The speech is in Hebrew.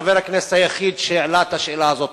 חבר הכנסת היחיד שהעלה את השאלה הזאת,